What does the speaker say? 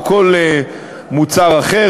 או כל מוצר אחר.